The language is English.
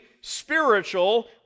spiritual